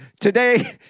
today